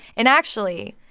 and, actually,